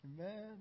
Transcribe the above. Amen